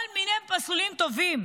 כל מיני מסלולים טובים.